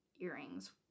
earrings